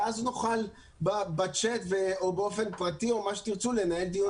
-- ואז נוכל בצ'אט או באופן פרטי או מה שתרצו לנהל דיון אמיתי.